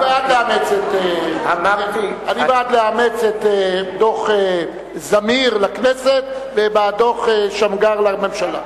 אני בעד לאמץ את דוח-זמיר לכנסת ודוח-שמגר לממשלה.